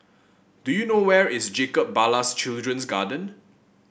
do you know where is Jacob Ballas Children's Garden